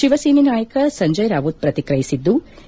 ಶಿವಸೇನೆ ನಾಯಕ ಸಂಜಯ್ ರಾವುತ್ ಪ್ರತಿಕ್ರಿಯಿಸಿದ್ಲು